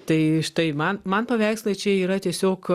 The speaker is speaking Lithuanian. tai štai man man paveikslai čia yra tiesiog